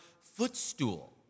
footstool